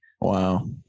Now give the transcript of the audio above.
wow